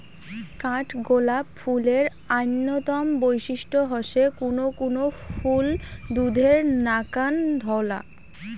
কাঠগোলাপ ফুলের অইন্যতম বৈশিষ্ট্য হসে কুনো কুনো ফুল দুধের নাকান ধওলা